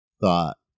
thought